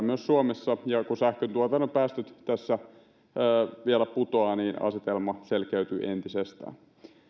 myös suomessa ja kun sähköntuotannon päästöt tässä vielä putoavat niin asetelma selkeytyy entisestään